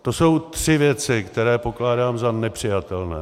To jsou tři věci, které pokládám za nepřijatelné.